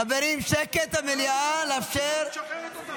--- חברים, שקט במליאה, לאפשר.